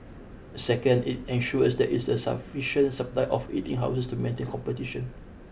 second it ensures there is a sufficient supply of eating houses to maintain competition